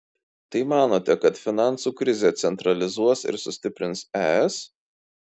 tai manote kad finansų krizė centralizuos ir sustiprins es